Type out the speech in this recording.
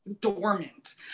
dormant